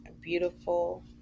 Beautiful